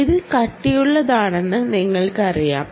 ഇത് കട്ടിയുള്ളതാണെന്ന് നിങ്ങൾക്കറിയാം